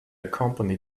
company